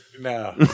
no